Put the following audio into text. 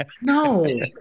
No